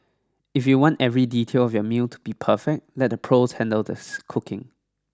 if you want every detail of your meal to be perfect let the pros handle this cooking